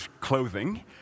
clothing